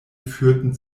führten